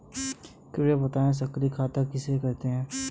कृपया बताएँ सक्रिय खाता किसे कहते हैं?